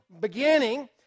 beginning